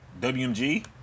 WMG